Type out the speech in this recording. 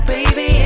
Baby